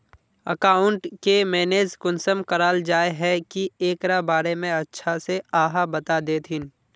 Account के manage कुंसम कराल जाय है की एकरा बारे में अच्छा से आहाँ बता देतहिन?